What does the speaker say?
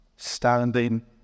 Standing